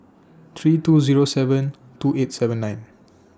three two Zero seven two eight seven nine